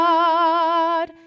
God